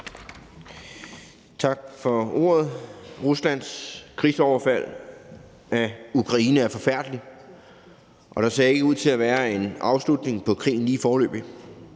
Tak for ordet. Ruslands krigsoverfald på Ukraine er forfærdeligt, og der ser ikke ud til at være en afslutning på krigen lige foreløbig.